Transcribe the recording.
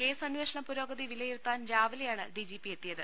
case അന്വേഷണ പുരോഗതി വിലയിരുത്താൻ രാവിലെയാണ് ഡിജിപി എത്തിയത്